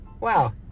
Wow